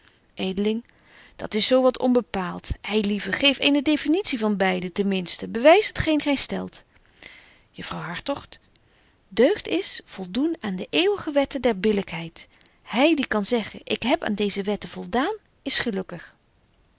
dat is zo wat onbepaalt ei lieve geef eene definitie van beide ten minsten bewys het geen gy stelt juffrouw hartog deugd is voldoen aan de eeuwige wetten der billykheid hy die betje wolff en aagje deken historie van mejuffrouw sara burgerhart kan zeggen ik heb aan deeze wetten voldaan is gelukkig